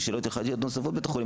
יש שאלות הלכתיות נוספות בבית החולים,